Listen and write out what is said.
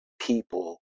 people